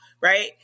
right